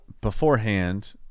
beforehand